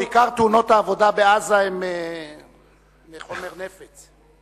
עיקר תאונות העבודה בעזה הן מחומר נפץ.